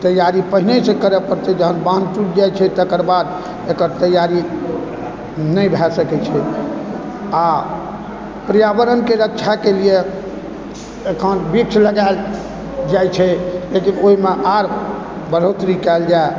तैयारी पहिनेसँ करै पड़तै जहन बान्ह टूटि जाइ छै तकर बाद एकर तैयारी नहि भए सकै छै आओर पर्यावरणके रक्षाके लिए एखन वृक्ष लगायल जाइ छै लेकिन ओहिमे आओर बढ़ोतरी कयल जाइ